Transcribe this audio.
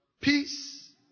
peace